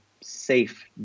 safe